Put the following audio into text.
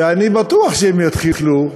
ואני בטוח שהם יתחילו,